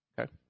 Okay